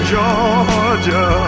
Georgia